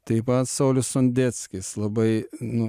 tai va saulius sondeckis labai nu